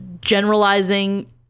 generalizing